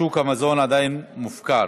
שוק המזון עדיין מופקר,